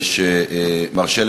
שמרשה,